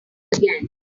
again